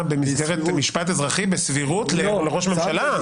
במסגרת משפט אזרחי בסבירות לראש ממשלה.